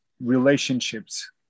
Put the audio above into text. relationships